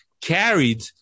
carried